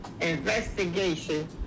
investigation